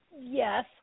Yes